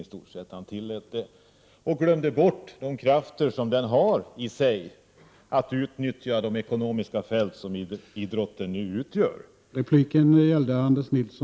Han sade då att sponsring bör tillåtas och glömde bort de krafter som sponsringen i sig har när det gäller att ekonomiskt utnyttja idrotten på olika fält.